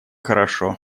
хорошо